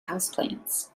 houseplants